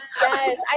Yes